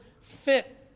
fit